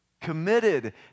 committed